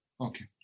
okay